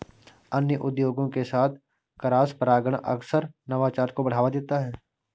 अन्य उद्योगों के साथ क्रॉसपरागण अक्सर नवाचार को बढ़ावा देता है